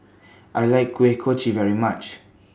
I like Kuih Kochi very much